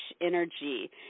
energy